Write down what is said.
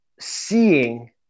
seeing